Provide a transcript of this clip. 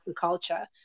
culture